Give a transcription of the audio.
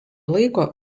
laiko